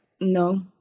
no